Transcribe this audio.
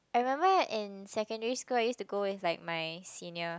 I remember in secondary school I used to go with like my senior